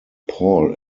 paul